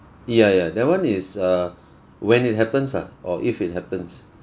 ya ya that one is err when it happens ah or if it happens